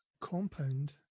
compound